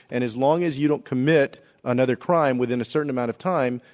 and as long as you don't commit another crime within a certain amount of time,